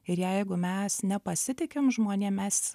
ir jeigu mes nepasitikim žmonėm mes